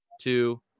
two